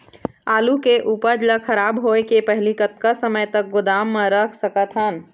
आलू के उपज ला खराब होय के पहली कतका समय तक गोदाम म रख सकत हन?